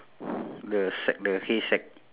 and one brown sheep black